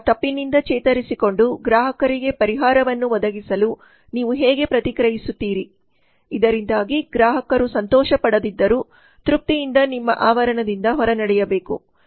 ಆ ತಪ್ಪಿನಿಂದ ಚೇತರಿಸಿಕೊಂಡು ಗ್ರಾಹಕರಿಗೆ ಪರಿಹಾರವನ್ನು ಒದಗಿಸಲು ನೀವು ಹೇಗೆ ಪ್ರತಿಕ್ರಿಯಿಸುತ್ತೀರಿ ಇದರಿಂದಾಗಿ ಗ್ರಾಹಕರು ಸಂತೋಷಪಡದಿದ್ದರೂ ತೃಪ್ತಿಯಿಂದ ನಿಮ್ಮ ಆವರಣದಿಂದ ಹೊರನಡೆಯಬೇಕು